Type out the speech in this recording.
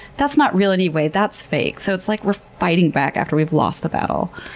that's not real anyway. that's fake. so it's like we're fighting back after we've lost the battle.